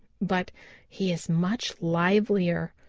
but he is much livelier.